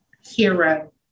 hero